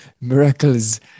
miracles